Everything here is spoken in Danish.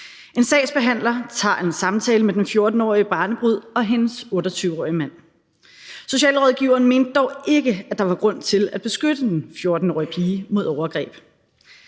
En sagsbehandler tog en samtale med den 14-årige barnebrud og hendes 28-årige mand. Socialrådgiveren mente dog ikke, at der var grund til at beskytte den 14-årige pige mod overgreb.